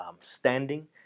standing